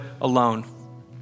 alone